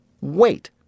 Wait